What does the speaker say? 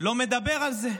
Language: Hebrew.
לא מדבר על זה.